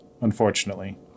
unfortunately